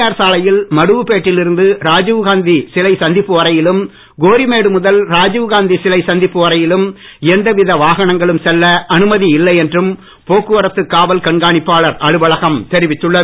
R சாலையில் மடுவுப்பேட்டில் இருந்து ராஜீவ்காந்தி சிலை சந்திப்பு வரையிலும் கோரிமேடு முதல் ராஜீவ்காந்தி சிலை சந்திப்பு வரையிலும் எந்தவித வாகனங்களும் செல்ல அனுமதி இல்லை என்றும் போக்குவரத்து காவல் கண்காணிப்பாளர் அலுவலகம் தெரிவித்துள்ளது